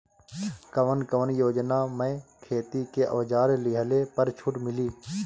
कवन कवन योजना मै खेती के औजार लिहले पर छुट मिली?